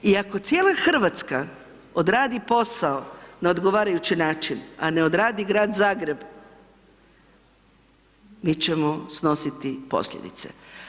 I ako cijela Hrvatska odradi posao na odgovarajući način a ne odradi grad Zagreb, mi ćemo snositi posljedice.